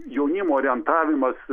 jaunimo orientavimas